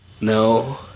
no